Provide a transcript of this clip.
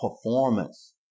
performance